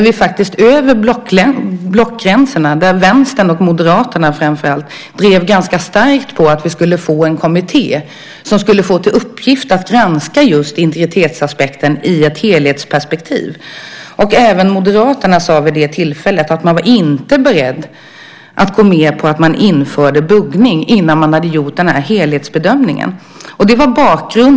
Vi drev över blockgränserna, och då framför allt Vänstern och Moderaterna, ganska starkt att vi skulle få en kommitté som skulle få till uppgift att granska just integritetsaspekten i ett helhetsperspektiv. Även Moderaterna sade vid det tillfället att de inte var beredda att gå med på att buggning infördes innan en helhetsbedömning hade gjorts.